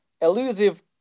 elusive